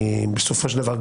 בסופו של דבר,